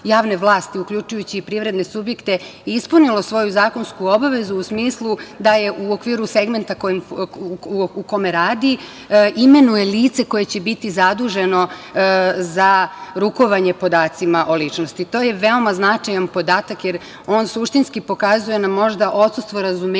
uključujući i privredne subjekte, ispunilo svoju zakonsku obavezu u smislu da u okviru segmenta u kome radi imenuje lice koje će biti zaduženo za rukovanje podacima o ličnosti. To je veoma značajan podatak jer on suštinski pokazuje na možda odsustvo razumevanja